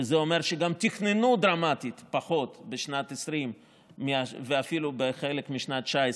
וזה אומר שגם תכננו דרמטית פחות בשנת 2020 ואפילו בחלק משנת 2019,